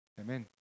Amen